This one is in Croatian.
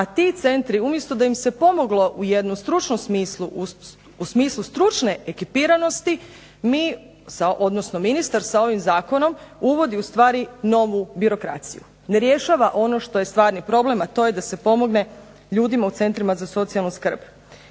a ti centri umjesto da im se pomoglo u jednom stručnom smislu, u smislu stručne ekipiranosti, mi sa, odnosno ministar sa ovim zakonom uvodi ustvari novu birokraciju. Ne rješava ono što je stvarni problem, a to je da se pomogne ljudima u centrima za socijalnu skrb.